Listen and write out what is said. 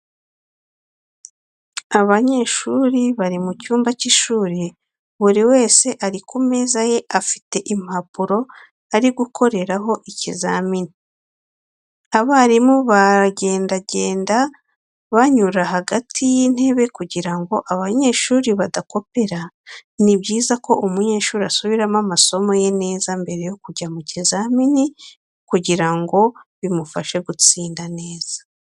Abanyeshuri bari mu cyumba cy'ishuri, buri wese ari ku meza ye afite impapuro ari gukoreraho ikizamini, abarimu baragendagenda banyura hagati y'intebe kugira ngo abanyeshuri badakopera. Ni byiza ko umunyeshuri asubiramo amasomo ye neza mbere yo kujya mu kizamini kugira ngo bimufashe gutsinda neza.